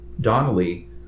Donnelly